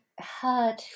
heard